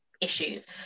issues